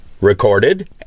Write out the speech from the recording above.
recorded